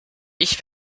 ich